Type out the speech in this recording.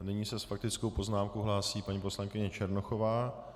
Nyní se s faktickou poznámkou hlásí paní poslankyně Černochová.